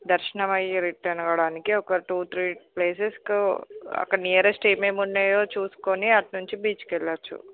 దర్శనము అయి రిటర్న్ అవ్వడానికి ఒక టూ త్రీ ప్లేసెస్కి అక్కడ నియరెస్ట్ ఏమేమి ఉన్నాయో చూసుకుని అట్నుంచి బీచ్కి వెళ్ళొచ్చు